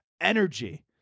energy